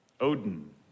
Odin